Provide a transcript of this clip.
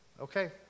Okay